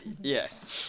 yes